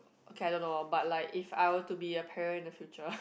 okay I don't know but like if I were to be a parent in the future